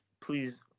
Please